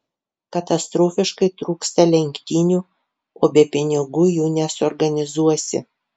katastrofiškai trūksta lenktynių o be pinigų jų nesuorganizuosi